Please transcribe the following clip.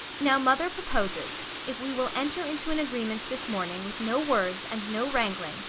now mother proposes if we will enter into an agreement this morning with no words and no wrangling,